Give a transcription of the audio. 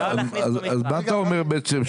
אז מה אתה אומר בעצם?